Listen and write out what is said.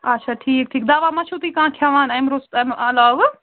اَچھا ٹھیٖک ٹھیٖک دواہ ما چھِو تُہۍ کانٛہہ کھٮ۪وان اَمہِ روٚس اَمہِ علاوٕ